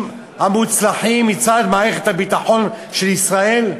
המוצלחים מצד מערכת הביטחון של ישראל?